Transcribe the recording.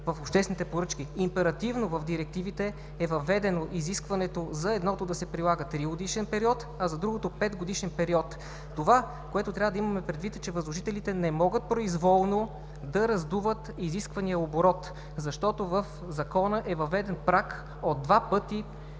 в обществените поръчки. Императивно в директивите е въведено изискването за едното да се прилага тригодишен период, а за другото – петгодишен период. Това, което трябва да имаме предвид, е, че възложителите не могат произволно да раздуват изисквания оборот, защото в Закона е въведен праг от два пъти